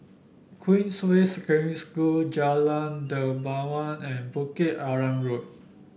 Queensway Secondary School Jalan Dermawan and Bukit Arang Road